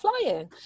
flying